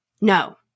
no